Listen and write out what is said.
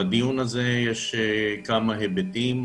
בדיון הזה יש כמה היבטים.